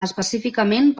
específicament